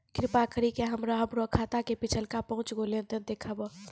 कृपा करि के हमरा हमरो खाता के पिछलका पांच गो लेन देन देखाबो